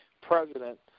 president